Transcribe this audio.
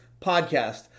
Podcast